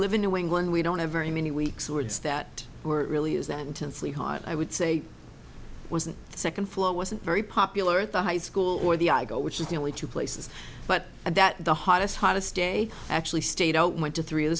live in new england we don't have very many weeks words that were really is that intensely hot i would say was the second floor wasn't very popular at the high school or the i go which is the only two places but that the hottest hottest day actually stayed out went to three of the